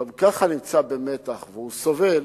שגם ככה נמצא במתח וסובל,